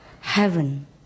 heaven